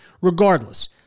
Regardless